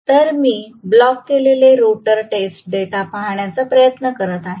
तर मी ब्लॉक केलेले रोटर टेस्ट डेटा पाहण्याचा प्रयत्न करत आहे